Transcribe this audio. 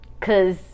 Cause